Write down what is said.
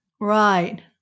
Right